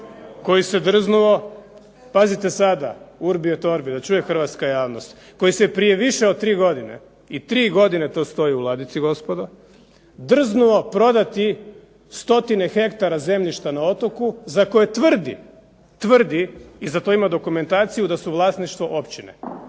koji se drznuo pazite sada Urbi et orbi da čuje hrvatska javnost, koji se prije više od tri godine i tri godine to stoji u ladici gospodo, drznuo prodati stotine hektara zemljišta na otoku, za koje tvrdi, tvrdi i za to ima dokumentaciju da su vlasništvo općine.